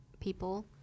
people